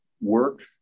work